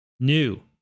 New